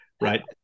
Right